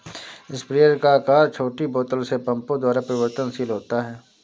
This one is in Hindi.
स्प्रेयर का आकार छोटी बोतल से पंपों तक परिवर्तनशील होता है